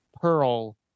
Pearl